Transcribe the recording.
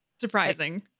surprising